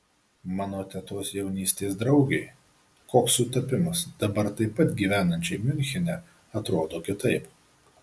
mano tetos jaunystės draugei koks sutapimas dabar taip pat gyvenančiai miunchene atrodo kitaip